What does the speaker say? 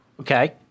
Okay